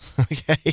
Okay